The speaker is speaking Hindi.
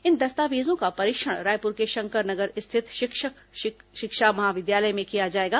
इन दस्तावेजों का परीक्षण रायपुर के शंकर नगर स्थित शिक्षक शिक्षा महाविद्यालय में किया जाएगा